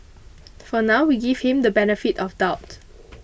for now we give him the benefit of doubt